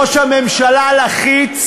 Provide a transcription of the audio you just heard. ראש הממשלה לחיץ,